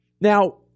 Now